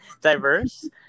diverse